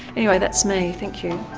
anyway, that's me, thank you.